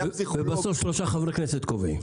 ובסוף שלושה חברי כנסת קובעים.